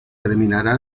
terminará